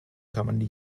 commonly